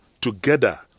together